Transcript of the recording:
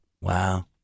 wow